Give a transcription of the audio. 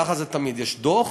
ככה זה תמיד: יש דוח,